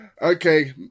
Okay